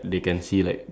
two flag